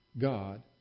God